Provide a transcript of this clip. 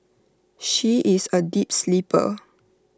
she is A deep sleeper